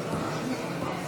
בעד,